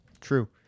true